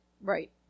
Right